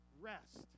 Rest